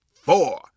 four